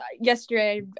yesterday